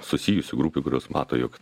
susijusių grupių kurios mato jog